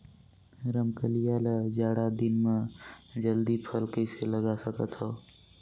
रमकलिया ल जाड़ा दिन म जल्दी फल कइसे लगा सकथव?